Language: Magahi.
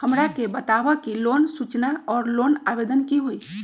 हमरा के बताव कि लोन सूचना और लोन आवेदन की होई?